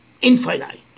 infinite